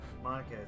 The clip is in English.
Monica